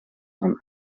van